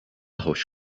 hoş